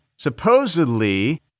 Supposedly